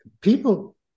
people